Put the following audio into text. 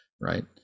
right